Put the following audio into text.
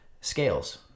scales